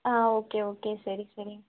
ஆ okay okay சரி சரி